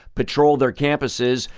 patrol their campuses,